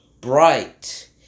bright